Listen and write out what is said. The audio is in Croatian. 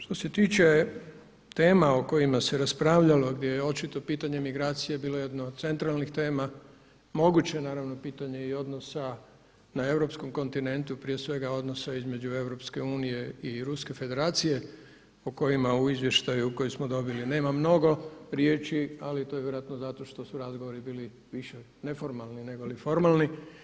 Što se tiče tema o kojima se raspravljalo gdje je očito pitanje migracije bilo jedno od centralnih tema moguće je naravno pitanje i odnosa na europskom kontinentu prije svega odnosa između EU i Ruske Federacije o kojima u izvještaju koji smo dobili nema mnogo riječi ali to je vjerojatno zato što su razgovori bili više neformalni negoli formalni.